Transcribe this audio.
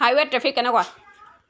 হাইৱেত traffic কেনেকুৱা